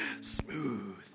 Smooth